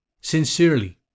Sincerely